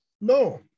No